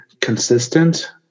consistent